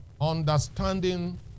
Understanding